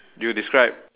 you describe